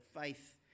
faith